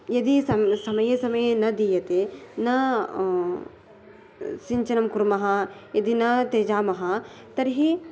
यदि सम् समये समये न दीयते न सिञ्चनं कुर्मः यदि न त्यजामः तर्हि